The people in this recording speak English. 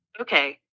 Okay